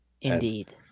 Indeed